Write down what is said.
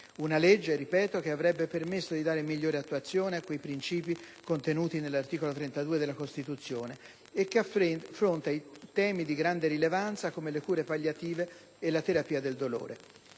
Una legge, ripeto, che avrebbe permesso di dare migliore attuazione a quei principi contenuti nell'articolo 32 della Costituzione, e che affronta temi di grande rilevanza come le cure palliative e la terapia del dolore.